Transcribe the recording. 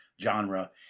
genre